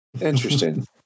Interesting